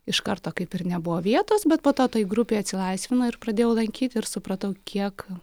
iš karto kaip ir nebuvo vietos bet po to tai grupei atsilaisvino ir pradėjau lankyt ir supratau kiek